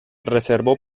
reservó